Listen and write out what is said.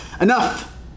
enough